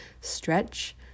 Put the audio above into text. stretch